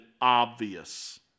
obvious